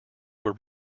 were